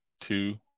Two